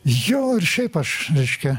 jo ir šiaip aš reiškia